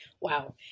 wow